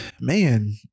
man